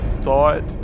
thought